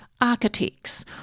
architects